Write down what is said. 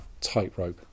tightrope